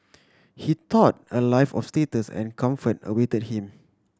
he thought a life of status and comfort awaited him